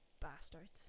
Bastards